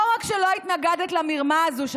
לא רק שלא התנגדת למרמה הזו,